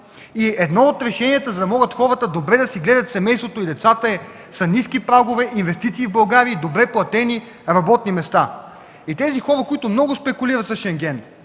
Едно от решенията, за да могат хората добре да гледат семейството и децата си, е ниски прагове, инвестиции в България и добре платени работни места. Има хора, които много спекулират с Шенген,